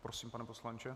Prosím, pane poslanče.